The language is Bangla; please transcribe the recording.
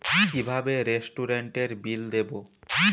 কিভাবে রেস্টুরেন্টের বিল দেবো?